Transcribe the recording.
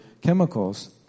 chemicals